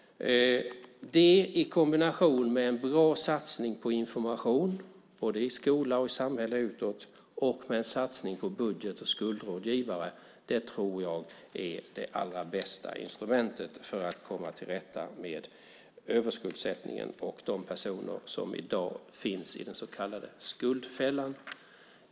Detta i kombination med en bra satsning på information både i skola och samhälle och en satsning på budget och skuldrådgivare tror jag är det allra bästa instrumentet för att komma till rätta med överskuldsättningen och de personer som i dag finns i den så kallade skuldfällan.